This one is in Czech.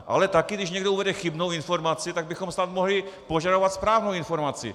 Ale taky když někdo uvede chybnou informaci, tak bychom snad mohli požadovat správnou informaci.